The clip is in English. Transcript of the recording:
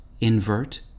invert